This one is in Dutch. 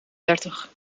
dertig